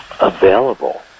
available